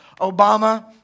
Obama